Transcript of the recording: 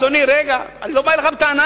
אדוני, רגע, אני לא בא אליך בטענה.